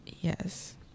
Yes